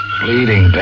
bleeding